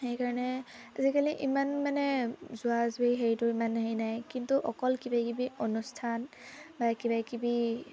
সেইকাৰণে আজিকালি ইমান মানে যোৱা যুই হেৰিটো ইমান হেৰি নাই কিন্তু অকল কিবাকিবি অনুষ্ঠান বা কিবাকিবি